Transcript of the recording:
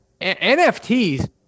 NFTs